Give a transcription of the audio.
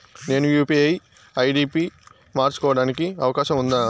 నేను UPI ID పి మార్చుకోవడానికి అవకాశం ఉందా?